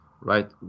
right